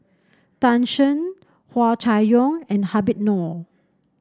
Tan Shen Hua Chai Yong and Habib Noh